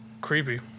creepy